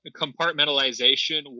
compartmentalization